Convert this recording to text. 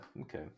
okay